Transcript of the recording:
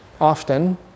often